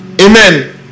Amen